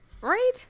Right